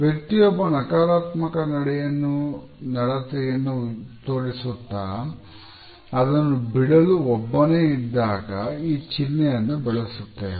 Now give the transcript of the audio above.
ವ್ಯಕ್ತಿಯೊಬ್ಬ ನಕಾರಾತ್ಮಕ ನಡತೆಯನ್ನು ತೋರಿಸುತ್ತಾ ಅದನ್ನು ಬಿಡಲು ಒಬ್ಬನೇ ಇದ್ದಾಗ ಈ ಚಿನ್ಹೆ ಅನ್ನು ಬಳಸುತ್ತೇವೆ